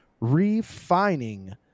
refining